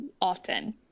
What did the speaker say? often